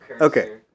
Okay